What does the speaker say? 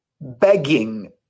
begging